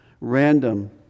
random